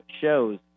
shows